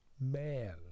man